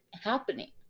happening